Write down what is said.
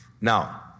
Now